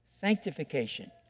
sanctification